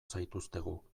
zaituztegu